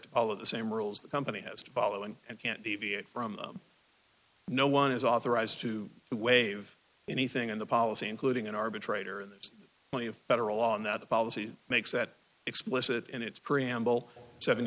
to follow the same rules the company has a following and can't deviate from no one is authorized to waive anything in the policy including an arbitrator and there's plenty of federal law in that the policy makes that explicit in its preamble seven